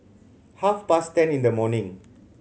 half past ten in the morning